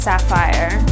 Sapphire